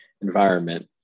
environment